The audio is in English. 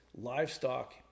livestock